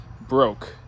broke